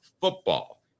football